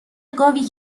گاوی